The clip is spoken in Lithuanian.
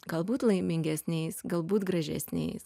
galbūt laimingesniais galbūt gražesniais